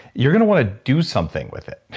you're going to want to do something with it